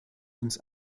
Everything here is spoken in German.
uns